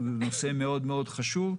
כי הוא נושא מאוד מאוד חשוב,